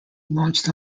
launched